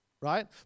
right